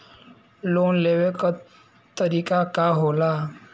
Loan लेवे क तरीकाका होला?